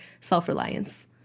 self-reliance